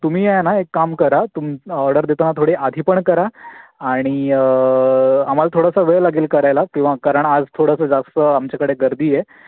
तुम्ही आहे ना एक काम करा तुम ऑर्डर देताना थोडी आधी पण करा आणि आम्हाला थोडासा वेळ लागेल करायला किंवा कारण आज थोडंसं जास्त आमच्याकडे गर्दी आहे